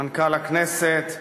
מנכ"ל הכנסת,